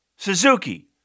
Suzuki